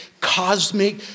cosmic